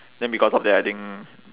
then because of that I think